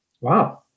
Wow